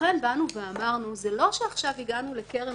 לכן אמרנו שזה לא שעכשיו הגענו לקרן